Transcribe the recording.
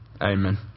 Amen